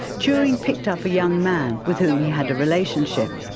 turing picked up a young man with whom he had a relationship.